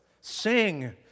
Sing